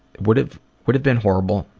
would've would've been horrible.